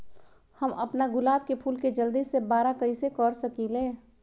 हम अपना गुलाब के फूल के जल्दी से बारा कईसे कर सकिंले?